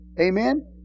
Amen